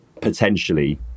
potentially